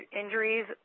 injuries